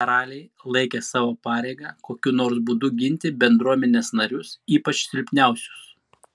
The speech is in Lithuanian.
karaliai laikė savo pareiga kokiu nors būdu ginti bendruomenės narius ypač silpniausius